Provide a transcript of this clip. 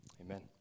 amen